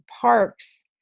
parks